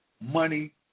money